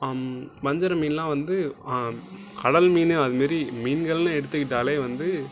வஞ்சரை மீன்லாம் வந்து கடல் மீன் அது மாரி மீன்கள்னு எடுத்துக்கிட்டால் வந்து